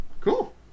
Cool